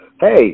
Hey